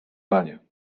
panie